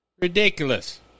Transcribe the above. Ridiculous